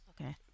Okay